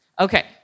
okay